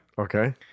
Okay